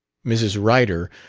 mrs. ryder,